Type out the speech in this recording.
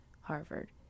Harvard